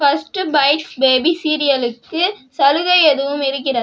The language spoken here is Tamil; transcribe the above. ஃபர்ஸ்ட் பைட்ஸ் பேபி சீரியலுக்கு சலுகை எதுவும் இருக்கிறதா